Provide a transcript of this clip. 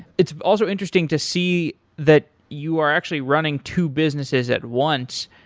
it's also interesting to see that you are actually running two businesses at once.